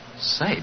Say